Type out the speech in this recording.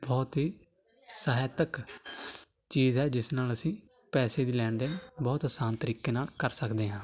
ਬਹੁਤ ਹੀ ਸਾਹਿਤਕ ਚੀਜ਼ ਹੈ ਜਿਸ ਨਾਲ ਅਸੀਂ ਪੈਸੇ ਦੀ ਲੈਣ ਦੇਣ ਬਹੁਤ ਆਸਾਨ ਤਰੀਕੇ ਨਾਲ ਕਰ ਸਕਦੇ ਹਾਂ